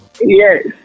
Yes